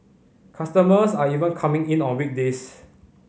customers are even coming in on weekdays